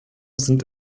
sind